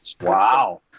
Wow